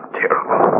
terrible